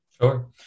Sure